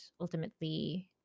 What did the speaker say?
ultimately